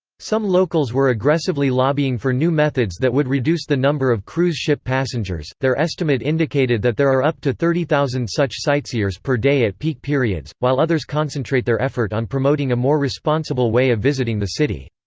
some locals were aggressively lobbying for new methods that would reduce the number of cruise ship passengers their estimate indicated that there are up to thirty thousand such sightseers per day at peak periods, while others concentrate their effort on promoting a more responsible way of visiting the city.